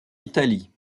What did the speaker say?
italie